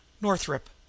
Northrop